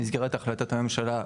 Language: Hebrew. במסגרת החלטת הממשלה,